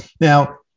Now